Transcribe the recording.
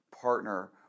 partner